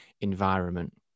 environment